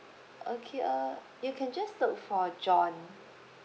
okay uh you can just look for john